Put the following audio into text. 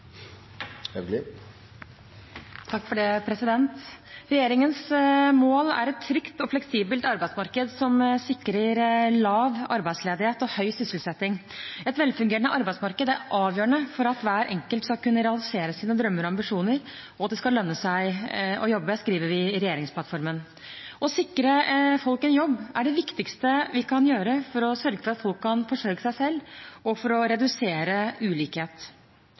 avgjørende for at hver enkelt skal kunne realisere sine drømmer og ambisjoner, og at det skal lønne seg å jobbe.» Dette skriver vi i regjeringsplattformen. Å sikre folk en jobb er det viktigste vi kan gjøre for å sørge for at folk kan forsørge seg selv, og for å redusere ulikhet.